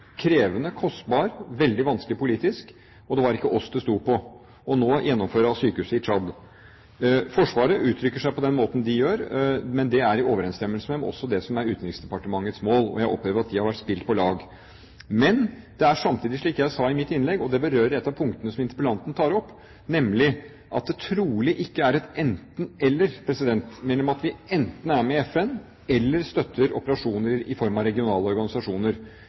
krevende, kostbar, veldig vanskelig politisk. Og det var ikke oss det sto på. Nå er det gjennomføring av sykehuset i Tsjad. Forsvaret uttrykker seg på den måten de gjør, men det er i overensstemmelse med det som også er Utenriksdepartementets mål. Jeg opplever at de har spilt på lag. Men det er samtidig slik, som jeg sa i mitt innlegg, og det berører et av punktene som interpellanten tar opp, at det trolig ikke er et enten–eller, at vi enten er med i FN, eller at vi støtter operasjoner i form av regionale organisasjoner.